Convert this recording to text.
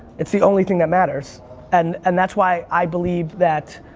it's the only thing that matters and and that's why i believe that,